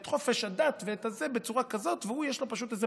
את חופש הדת ואת זה בצורה כזאת ולו יש פשוט איזו